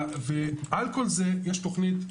על כל זה, יש תכנית.